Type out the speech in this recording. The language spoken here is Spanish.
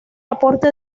aporte